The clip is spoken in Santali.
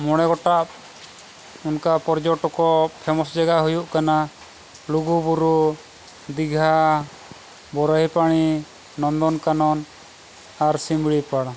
ᱢᱚᱬᱮ ᱜᱚᱴᱟᱝ ᱚᱱᱠᱟ ᱯᱚᱨᱡᱚᱴᱚᱠ ᱯᱷᱮᱢᱟᱥ ᱡᱟᱭᱜᱟ ᱦᱩᱭᱩᱜ ᱠᱟᱱᱟ ᱞᱩᱜᱩᱵᱩᱨᱩ ᱫᱤᱜᱷᱟ ᱵᱚᱨᱟᱭᱦᱤᱯᱟᱱᱤ ᱱᱚᱱᱫᱚᱱᱠᱟᱱᱚᱱ ᱟᱨ ᱥᱤᱢᱲᱤ ᱯᱟᱲ